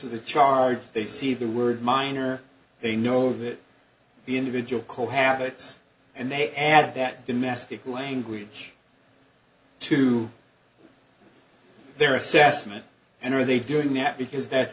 of the charge they see the word minor they know that the individual co habits and they add that the nasty language to their assessment and are they doing that because that's